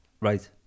right